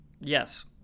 Yes